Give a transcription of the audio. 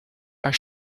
are